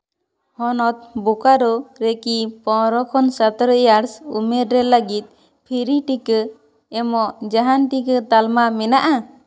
ᱦᱚᱱᱚᱛ ᱵᱳᱠᱟᱨᱳ ᱨᱮᱠᱤ ᱯᱚᱱᱨᱚ ᱠᱷᱚᱱ ᱥᱚᱛᱨᱚ ᱤᱭᱟᱨᱥ ᱩᱢᱮᱨ ᱨᱮ ᱞᱟᱹᱜᱤᱫ ᱯᱷᱨᱤ ᱴᱤᱠᱟᱹ ᱮᱢᱚᱜ ᱡᱟᱦᱟᱱ ᱴᱤᱠᱟᱹ ᱛᱟᱞᱢᱟ ᱢᱮᱱᱟᱜᱼᱟ